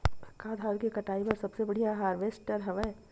का धान के कटाई बर सबले बढ़िया हारवेस्टर हवय?